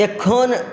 एखन